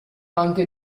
anche